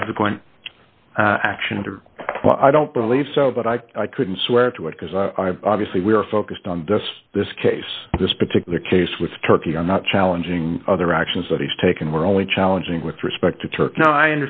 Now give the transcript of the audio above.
subsequent actions i don't believe so but i couldn't swear to it because i obviously we are focused on this this case this particular case with turkey i'm not challenging other actions that he's taken we're only challenging with respect to turkey i